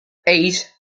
eight